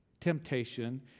temptation